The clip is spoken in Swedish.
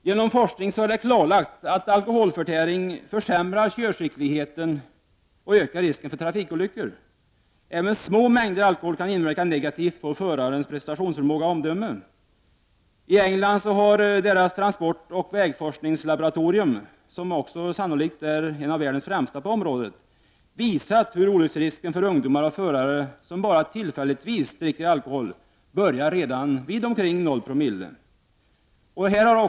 Genom forskning har det kunnat klarläggas att alkoholförtäring försämrar körskickligheten och ökar risken för trafikolyckor. Även små mängder av alkohol kan inverka negativt på förarens prestationsförmåga och omdöme. Det engelska transportoch vägforskningslaboratoriet, som sannolikt är världens främsta institut för trafiksäkerhetsforskning, har visat hur olycksrisken för ungdomar och förare som bara tillfälligtvis dricker alkohol börjar redan vid en alkoholkoncentration omkring 0,1 co.